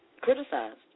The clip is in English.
criticized